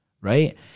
right